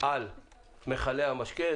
על מכלי המשקה.